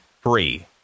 free